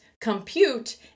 compute